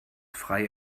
frei